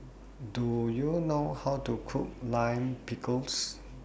Do YOU know How to Cook Lime Pickle